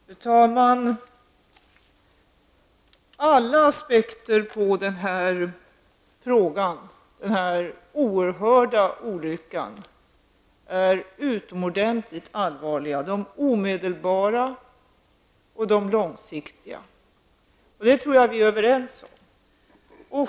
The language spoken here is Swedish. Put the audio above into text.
Fru talman! Alla aspekter på denna oerhörda olycka är utomordentligt allvarliga, både de omedelbara och de långsiktiga. Det tror jag att vi är överens om.